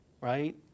right